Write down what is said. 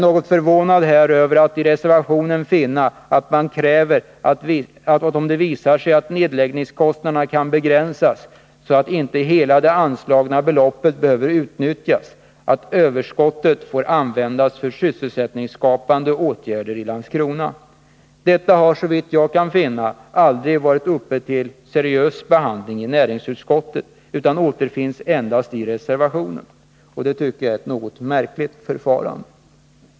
Något förvånande är att man i reservationen kan finna att socialdemokraterna kräver att ett eventuellt överskott, om det visar sig att nedläggningskostnaderna kan begränsas så att inte hela det anslagna beloppet behöver utnyttjas, får användas för sysselsättningsskapande åtgärder i Landskrona. Detta krav har, såvitt jag kan finna, aldrig varit uppe till seriös behandling i näringsutskottet utan återfinns endast i reservationen. Det är ett något märkligt förfarande.